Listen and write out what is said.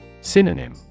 Synonym